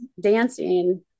dancing